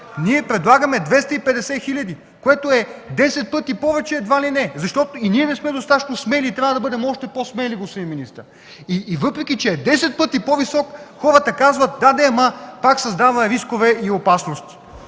Ние предлагаме 250 хиляди, което е едва ли не 10 пъти повече. Защото и ние не сме достатъчно смели, трябва да бъдем още по-смели, господин министър. И въпреки че е 10 пъти по-висок, хората казват: да, но пак създава рискови опасности.